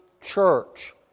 church